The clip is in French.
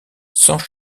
sans